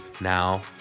now